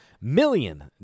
million